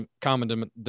common